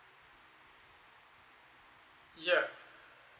ya